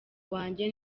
wanjye